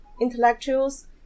intellectuals